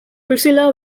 priscilla